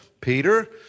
Peter